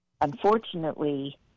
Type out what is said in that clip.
Unfortunately